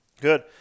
Good